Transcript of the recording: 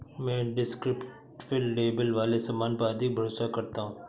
मैं descriptive label वाले सामान पर अधिक भरोसा करता हूं